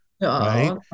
Right